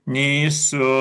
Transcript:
nei su